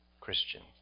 Christian